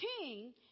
king